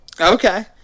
Okay